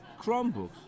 Chromebooks